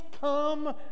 come